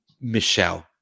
Michelle